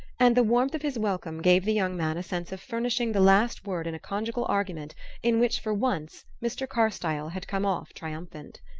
and the warmth of his welcome gave the young man a sense of furnishing the last word in a conjugal argument in which, for once, mr. carstyle had come off triumphant.